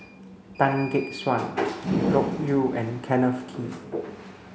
Tan Gek Suan Loke Yew and Kenneth Kee